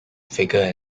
figure